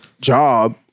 job